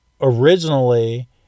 originally